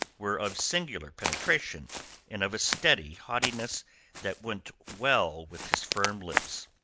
were of singular penetration and of a steady haughtiness that went well with his firm lips.